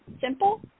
simple